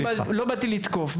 לא באתי לתקוף,